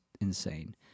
insane